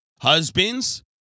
Husbands